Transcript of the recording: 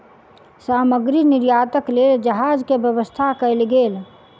सामग्री निर्यातक लेल जहाज के व्यवस्था कयल गेल